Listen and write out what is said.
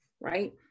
right